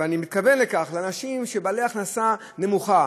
ואני מתכוון לכך, לאנשים שהם בעלי הכנסה נמוכה.